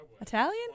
Italian